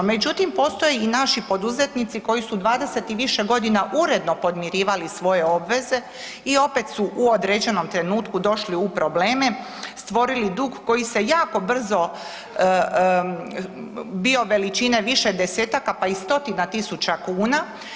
Međutim, postoje i naši poduzetnici koji su 20 i više godina uredno podmirivali svoje obveze i opet su u određenom trenutku došli u probleme, stvorili dug koji se jako brzo bio veličine više desetaka pa i stotina tisuća kuna.